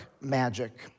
magic